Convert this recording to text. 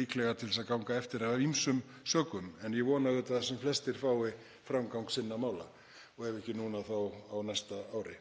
líklegar til að ganga eftir af ýmsum sökum. En ég vona auðvitað að sem flestir fái framgang sinna mála og ef ekki núna þá á næsta ári.